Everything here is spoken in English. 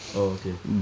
oh okay